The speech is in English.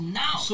now